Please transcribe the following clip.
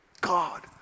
God